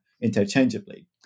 interchangeably